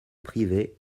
privée